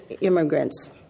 immigrants